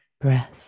breath